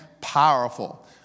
powerful